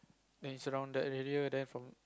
then it's around that area then from